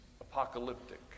apocalyptic